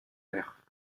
mer